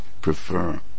prefer